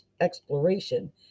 exploration